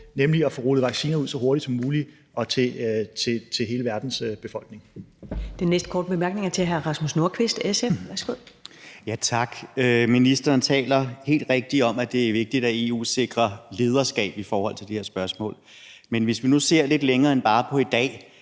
nemlig at få rullet vaccinerne ud så hurtigt som muligt og til hele verdens befolkning. Kl. 13:11 Første næstformand (Karen Ellemann): Næste korte bemærkning er til hr. Rasmus Nordqvist, SF. Værsgo. Kl. 13:11 Rasmus Nordqvist (SF): Tak. Ministeren taler helt rigtigt om, at det er vigtigt, at EU sikrer lederskab i forhold til det her spørgsmål, men hvis vi nu ser lidt længere frem end bare i dag,